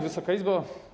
Wysoka Izbo!